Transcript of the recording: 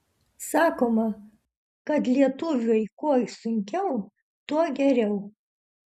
sakoma kad lietuviui kuo sunkiau tuo geriau